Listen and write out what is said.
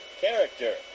character